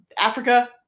Africa